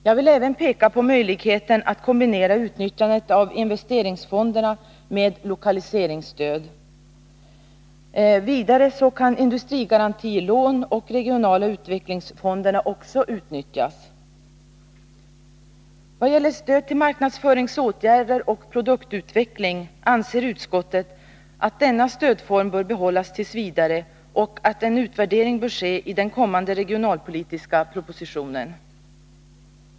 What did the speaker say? Jag vill även peka på möjligheten att kombinera utnyttjandet av investeringsfonderna med lokaliseringsstöd. Vidare kan också industrigarantilån och de regionala utvecklingsfonderna utnyttjas. Vad gäller stöd till marknadsföringsåtgärder och produktutveckling anser utskottet att denna stödform bör behållas t. v. och att en utvärdering bör ske i den kommande regionalpolitiska propositionen.